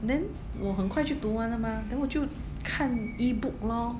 then 我很快就读完了 mah then 我就看 Ebook lor